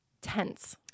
tense